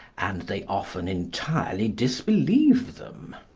and they often entirely disbelieve them.